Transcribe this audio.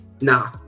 nah